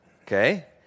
okay